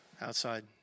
Outside